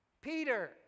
Peter